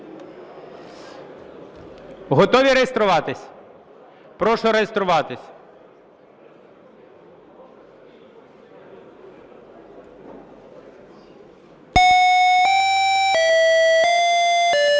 Готові реєструватись? Прошу реєструватись. 10:09:27